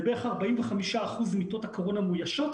זה בערך 45% מיטות הקורונה מאוישות,